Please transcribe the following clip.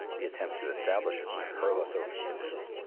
the attempt to establish it would hurl us over the abyss.